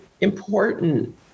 important